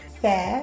FAIR